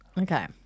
Okay